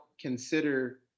consider